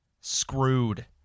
Screwed